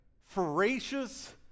ferocious